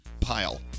pile